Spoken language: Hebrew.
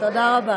תודה רבה.